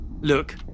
Look